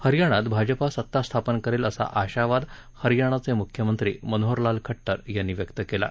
हरयाणात भाजपा सत्ता स्थापन करेल असा आशावाद हरयाणाचे मुख्यमंत्री मनोहरलाल खट्टर यांनी व्यक्त केला आहे